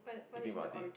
you think about it